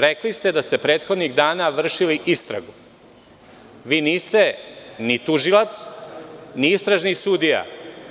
Rekli ste da ste prethodnih dana vršili istragu. (Velimir Ilić: Svoju istragu.) Vi niste ni tužilac, ni istražni sudija,